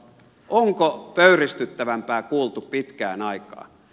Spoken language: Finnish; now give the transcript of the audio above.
onko pöy ristyttävämpää kuultu pitkään aikaan